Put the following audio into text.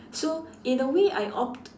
so in a way I opt